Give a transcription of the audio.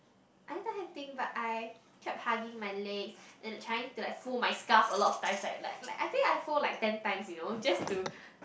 I didn't tell him anything but I kept hugging my legs and trying to fold my scarf a lot of times like like like I think I fold like ten times you know just to